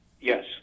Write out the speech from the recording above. Yes